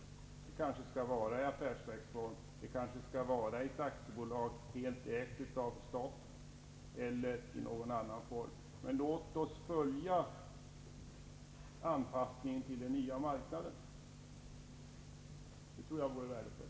Företaget skall kanske arbeta i affärsverksform eller vara ett aktiebolag som är helt ägt av staten. Kanske skall det vara någon annan form. Låt oss följa anpassningen till den nya marknaden. Det tror jag vore värdefullt.